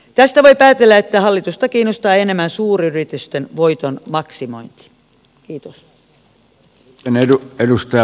tästä voi päätellä että hallitusta kiinnostaa enemmän suuryritysten voiton maksimointi